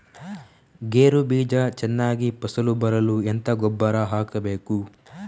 ಗೇರು ಬೀಜ ಚೆನ್ನಾಗಿ ಫಸಲು ಬರಲು ಎಂತ ಗೊಬ್ಬರ ಹಾಕಬೇಕು?